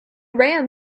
ram